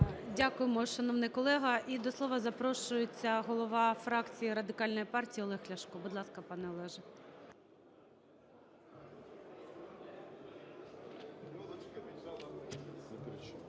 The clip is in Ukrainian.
Дякуємо, шановний колего. І до слова запрошується голова фракції Радикальної партії Олег Ляшко. Будь ласка, пане Олеже.